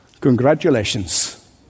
congratulations